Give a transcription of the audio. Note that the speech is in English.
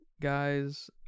guys